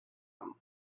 them